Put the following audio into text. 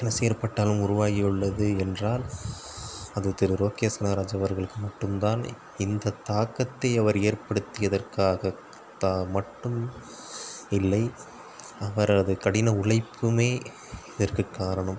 ரசிகர் பட்டாளம் உருவாகி உள்ளது என்றால் அது திரு லோகேஷ் கனகராஜ் அவர்களுக்கு மட்டும் தான் இந்த தாக்கத்தை அவர் ஏற்படுத்தியதற்காக தாம் மட்டும் இல்லை அவரது கடின உழைப்புமே இதற்கு காரணம்